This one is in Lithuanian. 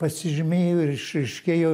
pasižymėjo ir išaiškėjo